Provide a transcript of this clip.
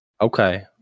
Okay